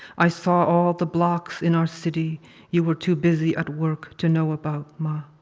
i saw all of the blocks in our city you were too busy at work to know about, ma.